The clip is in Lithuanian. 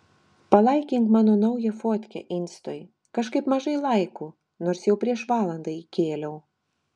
palaikink mano naują fotkę instoj kažkaip mažai laikų nors jau prieš valandą įkėliau